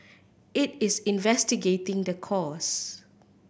it is investigating the cause